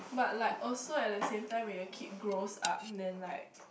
but like also at the same time when your kid grows up then like